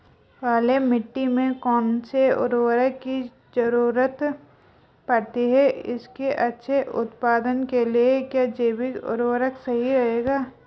Clay मिट्टी में कौन से उर्वरक की जरूरत पड़ती है इसके अच्छे उत्पादन के लिए क्या जैविक उर्वरक सही रहेगा?